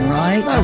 right